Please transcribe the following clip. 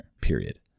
period